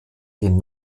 den